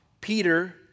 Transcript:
Peter